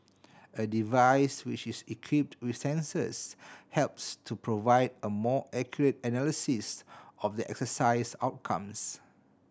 a device which is equipped with sensors helps to provide a more accurate analysis of the exercise outcomes